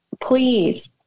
please